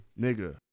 Nigga